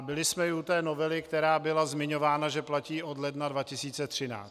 Byli jsme i u té novely, která byla zmiňována, že platí od ledna 2013.